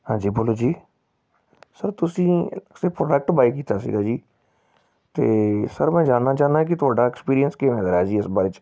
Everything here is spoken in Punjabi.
ਹਾਂਜੀ ਬੋਲੋ ਜੀ ਸਰ ਤੁਸੀਂ ਸਰ ਪ੍ਰੋਡਕਟ ਬਾਏ ਕੀਤਾ ਸੀਗਾ ਜੀ ਅਤੇ ਸਰ ਮੈਂ ਜਾਨਣਾ ਚਾਹੁੰਦਾ ਕਿ ਤੁਹਾਡਾ ਐਕਸਪੀਰੀਅੰਸ ਕਿਵੇਂ ਦਾ ਰਿਹਾ ਜੀ ਇਸ ਬਾਰੇ 'ਚ